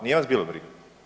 Nije vas bilo briga.